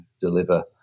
deliver